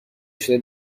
شده